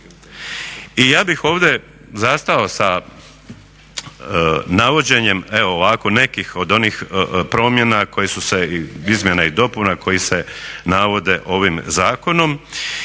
I ja bih ovdje zastao sa navođenjem evo ovako nekih od onih promjena koje su se, izmjena i dopuna koje se navode ovim zakonom